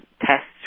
tests